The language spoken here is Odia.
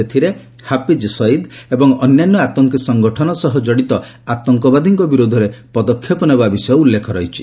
ସେଥିରେ ହାଫିଜ୍ ସୟିଦ୍ ଏବଂ ଅନ୍ୟାନ୍ୟ ଆତଙ୍କୀ ସଙ୍ଗଠନ ସହ କଡ଼ିତ ଆତଙ୍କବାଦୀଙ୍କ ବିରୋଧରେ ପଦକ୍ଷେପ ନେବା ବିଷୟ ଉଲ୍ଲେଖ ରହିଛି